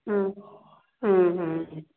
हूँ हूँ हूँ हूँ